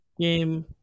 game